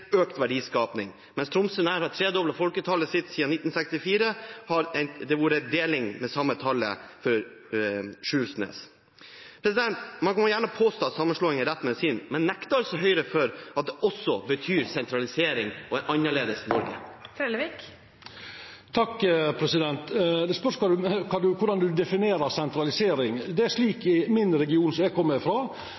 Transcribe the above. økt verdiskaping. Mens Tromsø nær har tredoblet folketallet sitt siden 1964, har det vært en halvering for Sjursnes. Man kan gjerne påstå at sammenslåing er rett medisin, men nekter Høyre for at det også betyr sentralisering og et annerledes Norge? Det spørst korleis ein definerer sentralisering. Det er slik